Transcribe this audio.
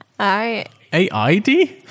A-I-D